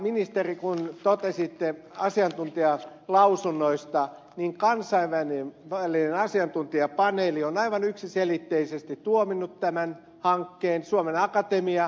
ministeri kun totesitte asiantuntijalausunnoista niin kansainvälinen asiantuntijapaneeli on aivan yksiselitteisesti tuominnut tämän hankkeen suomen akatemia samoin